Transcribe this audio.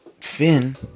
Finn